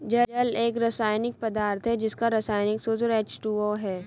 जल एक रसायनिक पदार्थ है जिसका रसायनिक सूत्र एच.टू.ओ है